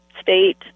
state